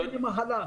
לא ימי מחלה,